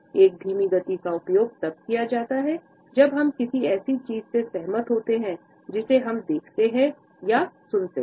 एक धीमी गति का उपयोग तब किया जाता है जब हम किसी ऐसी चीज से सहमत होते हैं जिसे हम देखते हैं या सुनते हैं